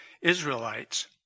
Israelites